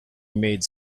made